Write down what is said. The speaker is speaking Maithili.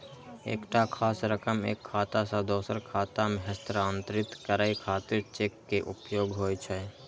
एकटा खास रकम एक खाता सं दोसर खाता मे हस्तांतरित करै खातिर चेक के उपयोग होइ छै